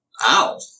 Ow